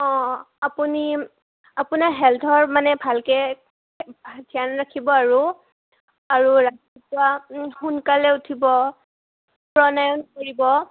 অঁ আপুনি আপোনাৰ হেল্থৰ মানে ভালকৈ ভালকৈ ধ্যান ৰাখিব আৰু আৰু ৰাতিপুৱা সোনকালে উঠিব প্ৰণায়াম কৰিব